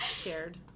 scared